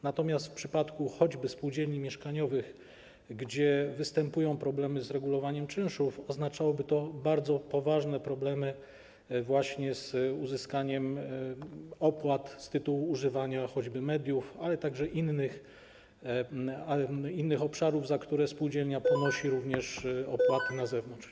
Natomiast w przypadku spółdzielni mieszkaniowych, gdzie występują problemy z regulowaniem czynszów, oznaczałoby to bardzo poważne problemy z uzyskaniem opłat z tytułu używania choćby mediów, ale także innych elementów, za które spółdzielnia ponosi również opłaty na zewnątrz.